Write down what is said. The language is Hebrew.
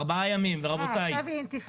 אה, עכשיו זה אינתיפאדה.